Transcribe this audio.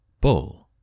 Bull